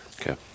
Okay